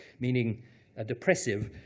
meaning a depressive,